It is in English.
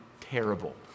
terrible